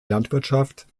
landwirtschaft